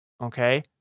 Okay